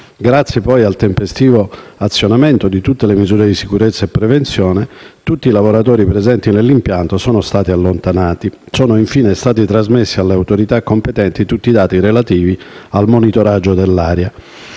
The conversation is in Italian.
Grazie poi al tempestivo azionamento di tutte le misure di sicurezza e prevenzione, tutti i lavoratori presenti nell'impianto sono stati allontanati. Sono infine stati trasmessi alle autorità competenti tutti i dati relativi al monitoraggio dell'aria.